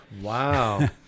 Wow